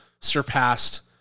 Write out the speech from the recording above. surpassed